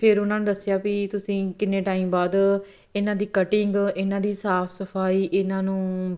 ਫਿਰ ਉਹਨਾਂ ਨੂੰ ਦੱਸਿਆ ਵੀ ਤੁਸੀਂ ਕਿੰਨੇ ਟਾਈਮ ਬਾਅਦ ਇਹਨਾਂ ਦੀ ਕਟਿੰਗ ਇਹਨਾਂ ਦੀ ਸਾਫ਼ ਸਫਾਈ ਇਹਨਾਂ ਨੂੰ